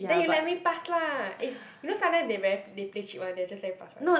then you let me pass lah eh you know sometimes they very they play cheat [one] they just let you pass some